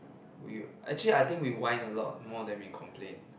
we actually I think we whine a lot more than we complain